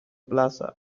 plaza